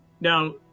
now